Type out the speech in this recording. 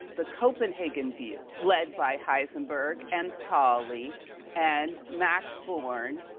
the copenhagen view led by heisenberg and pauli and max born.